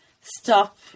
stop